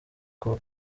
kuwa